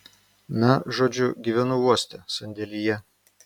na žodžiu gyvenu uoste sandėlyje